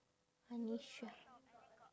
honey sure